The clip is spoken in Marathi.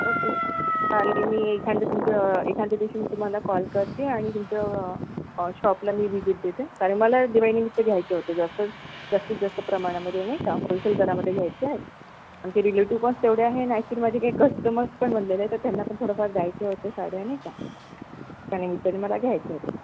ओके चालेल मी एखादं तुमचं एखाद्या दिवशी तुम्हाला कॉल करते आणि तुमचं शॉपला मी विझिट देते कारण मला दिवाळीनिमित्त घ्यायचे होते जास्त जास्तीत जास्त प्रमाणामध्ये नाही का होलसेल दरामध्ये घ्यायचे आहेत आमचे रिलेटीव पण तेवढे आहे आणि ॲक्चुली माझे काही कस्टमर्स पण बनलेले आहे तर त्यांना पण थोडेफार द्यायचे होते साड्या नाही का त्या निमित्ताने मला घ्यायचे होतं